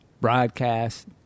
broadcast